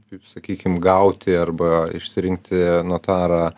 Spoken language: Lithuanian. kaip sakykim gauti arba išsirinkti notarą